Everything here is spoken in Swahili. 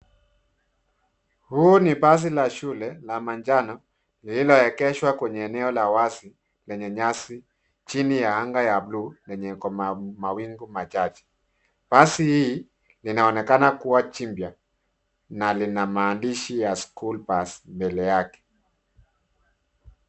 Huu ni basi la shule la manjano lililoegeshwa kwenye eneo la wazi lenye nyasi chini ya anga ya bluu lenye iko mawingu machache. Basi hii, linaonekana kuwa jipya na lina maandishi ya school bus mbele yake.